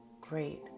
great